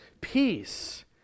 peace